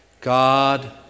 God